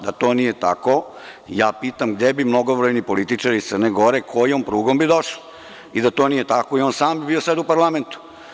Da to nije tako, pitam gde bi mnogobrojni političari iz Crne Gore, kojom prugom bi došli i da to nije tako i on sam ne bi bio sad u parlamentu.